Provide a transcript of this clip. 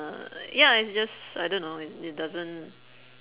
uh ya it's just I don't know i~ it doesn't